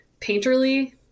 painterly